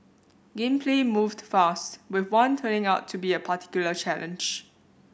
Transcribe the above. game play moved fast with one turning out to be a particular challenge